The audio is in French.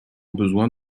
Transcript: besoin